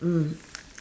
mm